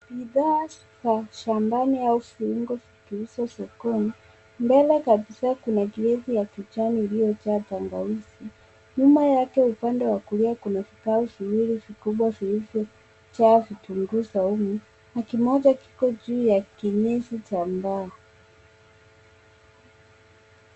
Bidhaa za shambani au viungo vikiuzwa sokoni, mbele kabisa kuna crate ya kijani iliyojaa tangawizi. Nyuma yake upande wa kulia kuna vikapu viwili vikubwa vilivyoja vitungu saumu, Na kimoja kiko juu ya kinesi cha mbao.